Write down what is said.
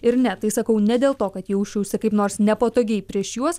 ir ne tai sakau ne dėl to kad jausčiausi kaip nors nepatogiai prieš juos